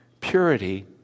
purity